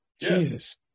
Jesus